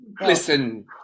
Listen